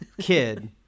kid